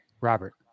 Robert